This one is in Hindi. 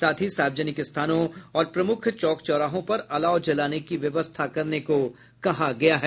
साथ ही सार्वजनिक स्थानों और प्रमुख चौक चौराहों पर अलाव जलाने की व्यवस्था करने को कहा गया है